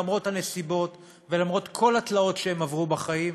למרות הנסיבות ולמרות כל התלאות שהם עברו בחיים,